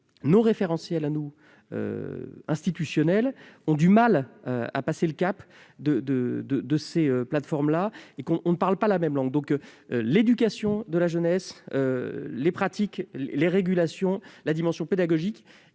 nos référentiels institutionnels ont du mal à passer le cap de ces plateformes et que l'on ne parle pas la même langue. L'éducation de la jeunesse, les pratiques, les régulations, la dimension pédagogique